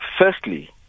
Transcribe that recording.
Firstly